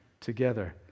together